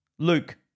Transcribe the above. Luke